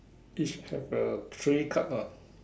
each have uh three cup ah